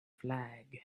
flag